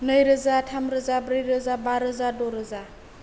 नैरोजा थामरोजा ब्रैरोजा बारोजा द'रोजा